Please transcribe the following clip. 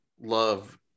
love